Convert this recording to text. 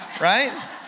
Right